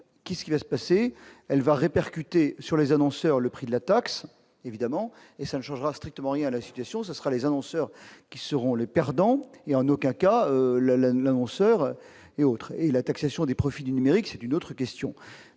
qui est ce qui va se passer, elle va répercuter sur les annonceurs, le prix de la taxe évidemment et ça ne changera strictement rien à la situation se sera les annonceurs qui seront les perdants et en aucun cas le l'annonceur et autres et la taxation des profits du numérique, c'est une autre question